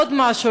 עוד משהו,